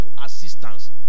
assistance